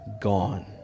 gone